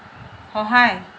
সহায়